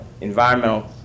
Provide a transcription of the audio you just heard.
environmental